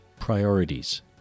Priorities